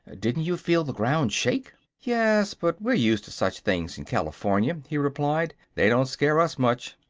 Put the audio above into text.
didn't you feel the ground shake? yes but we're used to such things in california, he replied. they don't scare us much.